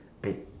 I